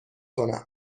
کنم